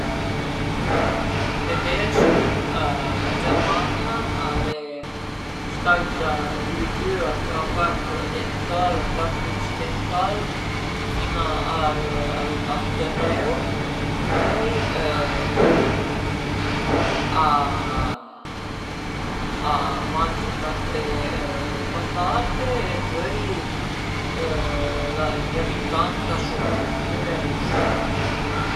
Sarìu pessim ënt ël travai d'üfisi përché sun propi negà a bugé le scartofie, a fe ch'le coze li e pöi a m'pias propi pa e però sun purtà anche a travaié al computer, ma travaié ën l'üfisi secund mi a fa pa për mi